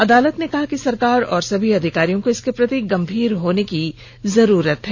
अदालत ने कहा कि सरकार और सभी अधिकारियों को इसके प्रति गंभीर होने की जरूरत है